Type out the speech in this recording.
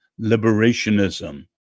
liberationism